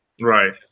Right